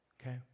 Okay